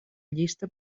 llista